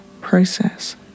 process